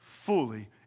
fully